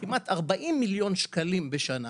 כמעט 40 מיליון שקלים בשנה.